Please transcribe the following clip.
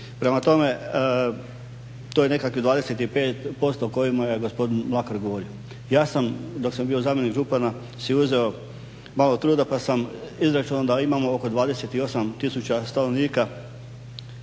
Prema tome, to je nekakvih 25% o kojemu je gospodin Mlakar govorio. Ja sam dok sam bio zamjenik župana si uzeo malo truda pa sam izračunao da imamo oko 28000 stanovnika